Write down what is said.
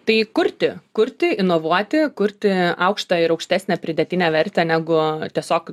tai kurti kurti inovuoti kurti aukštą ir aukštesnę pridėtinę vertę negu tiesiog